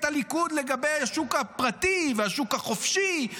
הליכוד לגבי השוק הפרטי והשוק החופשי?